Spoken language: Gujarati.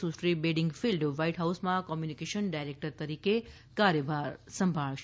સુશ્રી બેડિંગફીલ્ડ વ્હાઈટ હાઉસમાં કોમ્યુનિકેશન ડાયરેક્ટર તરીકે કાર્યભાર સંભાળશે